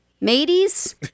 mateys